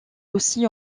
aussi